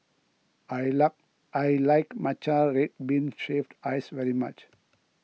I like I like Matcha Red Bean Shaved Ice very much